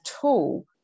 tool